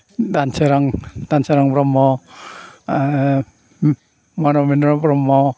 Dansorang Brahma Manmindra Brahma